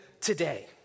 today